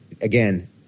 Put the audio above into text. again